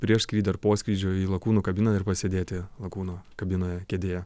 prieš skrydį ar po skrydžio į lakūnų kabiną ir pasėdėti lakūno kabinoje kėdėje